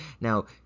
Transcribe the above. Now